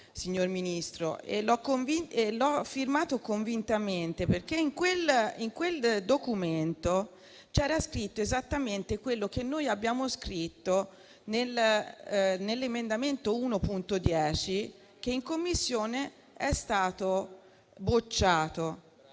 signor Ministro, e l'ho firmato convintamente, perché in esso c'era scritto esattamente quello che noi abbiamo scritto nell'emendamento 1.10, che è stato bocciato